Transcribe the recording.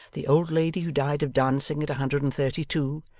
the old lady who died of dancing at a hundred and thirty-two,